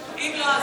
לא, לא, אפשרי.